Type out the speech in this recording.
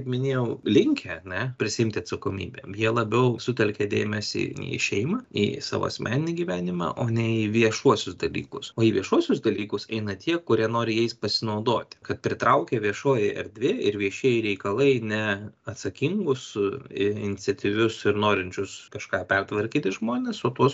minėjau linkę ne prisiimti atsakomybę jie labiau sutelkia dėmesį į šeimą į savo asmeninį gyvenimą o ne į viešuosius dalykus o į viešuosius dalykus eina tie kurie nori jais pasinaudoti kad pritraukia viešoji erdvė ir viešieji reikalai ne atsakingus iniciatyvius ir norinčius kažką pertvarkyti žmones o tuos